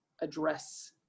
address